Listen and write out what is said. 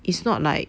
it's not like